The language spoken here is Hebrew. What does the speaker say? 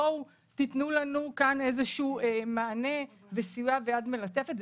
בואו תתנו לנו כאן איזשהו מענה, סיוע ויד מלטפת.